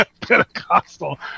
pentecostal